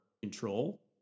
control